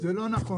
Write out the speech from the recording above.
זה לא נכון.